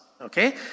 okay